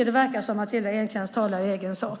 Det verkar som om Matilda Ernkrans talar i egen sak.